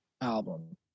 album